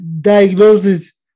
diagnosis